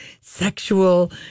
sexual